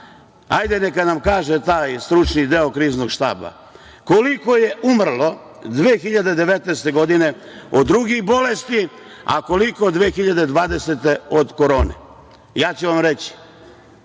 Hajde neka nam kaže taj stručni deo Kriznog štaba – koliko je umrlo 2019. godine od drugih bolesti, a koliko 2020. godine od korone? Ja ću vam reći.